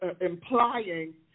implying